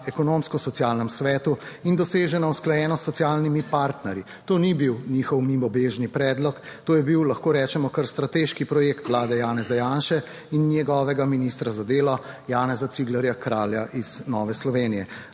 Ekonomsko-socialnem svetu in dosežena usklajeno s socialnimi partnerji. To ni bil njihov mimobežni predlog, to je bil, lahko rečemo, kar strateški projekt vlade Janeza Janše in njegovega ministra za delo Janeza Ciglerja Kralja iz Nove Slovenije.